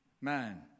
man